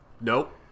Nope